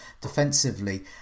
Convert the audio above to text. defensively